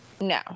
No